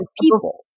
people